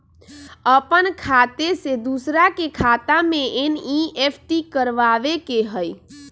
अपन खाते से दूसरा के खाता में एन.ई.एफ.टी करवावे के हई?